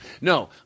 No